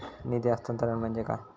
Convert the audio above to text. निधी हस्तांतरण म्हणजे काय?